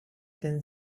can